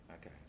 Okay